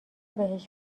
بهش